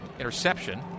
Interception